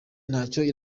ntacyo